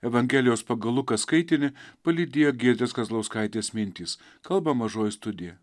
evangelijos pagal luką skaitinį palydėjo giedrės kazlauskaitės mintys kalba mažoji studija